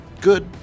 good